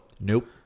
nope